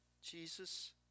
Jesus